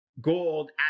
gold